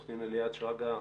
עורך דין אליעד שרגא.